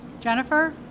Jennifer